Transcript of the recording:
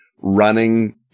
running